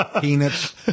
peanuts